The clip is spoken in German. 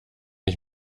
ich